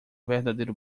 verdadeiro